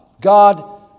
God